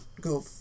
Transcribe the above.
go